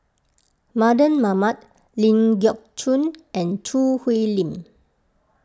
Mardan Mamat Ling Geok Choon and Choo Hwee Lim